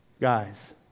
Guys